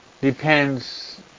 depends